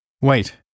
Wait